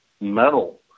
metal